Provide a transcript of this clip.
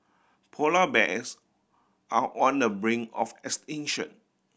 polar bears are on the brink of extinction